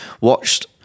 watched